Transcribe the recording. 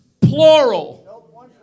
plural